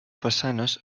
façanes